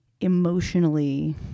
emotionally